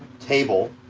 table.